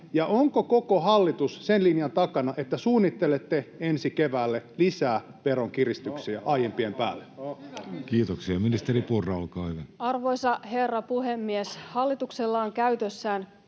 ja onko koko hallitus sen linjan takana, että suunnittelette ensi keväälle lisää veronkiristyksiä aiempien päälle? Kiitoksia. — Ministeri Purra, olkaa hyvä. Arvoisa herra puhemies! Hallituksella on käytössään